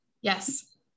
Yes